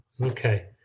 Okay